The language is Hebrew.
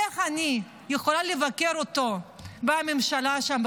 איך אני יכולה לבקר אותו בממשלה שם,